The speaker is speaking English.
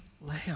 lamb